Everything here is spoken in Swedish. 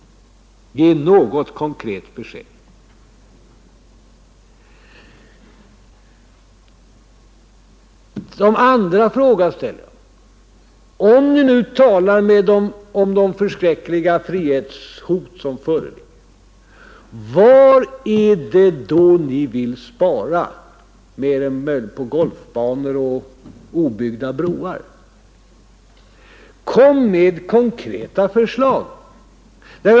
— Ge något konkret besked! Som andra fråga ställer jag: Om ni nu talar om det förskräckliga frihetshot som föreligger, var är det då ni vill spara — mer än möjligen på golfbanor och obyggda broar? Kom med konkreta förslag!